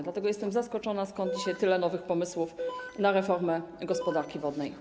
Dlatego jestem zaskoczona, skąd dzisiaj tyle nowych pomysłów na reformę gospodarki wodnej.